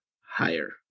higher